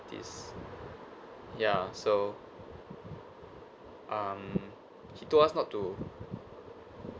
ya so mm he told us not to